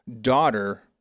daughter